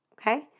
Okay